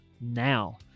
now